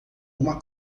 uma